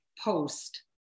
post